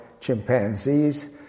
chimpanzees